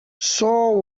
saul